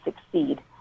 succeed